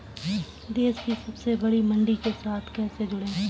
देश की सबसे बड़ी मंडी के साथ कैसे जुड़ें?